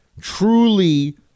truly